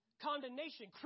Condemnation